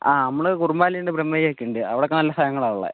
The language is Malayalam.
ആ നമ്മൾ കുറുമ്പാലയുണ്ട് ബ്രഹ്മഗിരിയൊക്കെ ഉണ്ട് അവിടൊക്കെ നല്ല സ്ഥലങ്ങളാണ് ഉള്ളത്